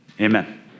amen